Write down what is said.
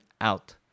out